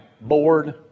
board